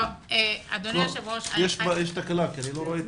אדוני היו"ר אני חייבת